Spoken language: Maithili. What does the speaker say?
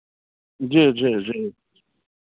जी जी जी